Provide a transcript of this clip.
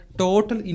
total